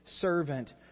servant